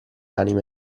anime